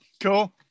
cool